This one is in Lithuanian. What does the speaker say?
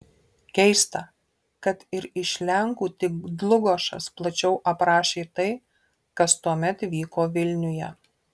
keista kad ir iš lenkų tik dlugošas plačiau aprašė tai kas tuomet vyko vilniuje